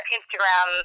Instagram